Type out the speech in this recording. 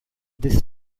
this